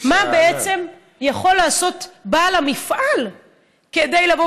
מה בעצם יכול לעשות בעל המפעל כדי לבוא